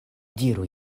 diru